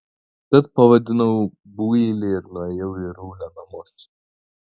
tad pavadinau builį ir nuėjau į rulio namus